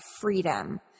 freedom